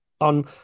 on